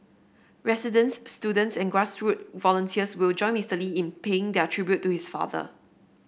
residents students and grass root volunteers will join Mister Lee in paying their tribute to his father